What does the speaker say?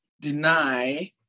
deny